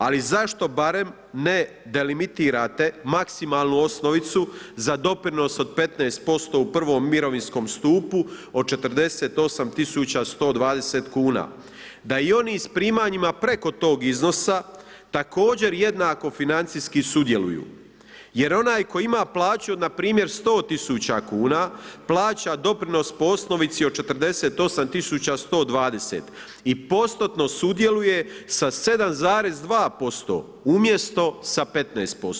Ali zašto barem ne delimitirate maksimalnu osnovicu za doprinos od 15% u I. mirovinskom stupu od 48 120 kuna da i oni s primanjima preko tog iznosa također jednako financijski sudjeluju jer onaj koji ima plaću npr. 100 000 kuna, plaća doprinos po osnovici od 48 120 i postotno sudjeluje sa 7,2% umjesto sa 15%